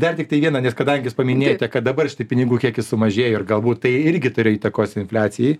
dar tiktai vieną nes kadangi jūs paminėjote kad dabar štai pinigų kiekis sumažėjo ir galbūt tai irgi turi įtakos infliacijai